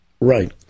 Right